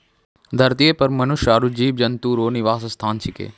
धरतीये पर मनुष्य आरु जीव जन्तु रो निवास स्थान छिकै